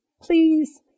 Please